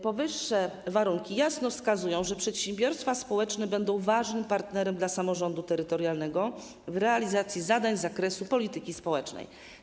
Powyższe warunki jasno wskazują, że przedsiębiorstwa społeczne będą ważnym partnerem dla samorządu terytorialnego w realizacji zadań z zakresu polityki społecznej.